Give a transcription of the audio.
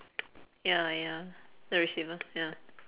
ya ya the receiver ya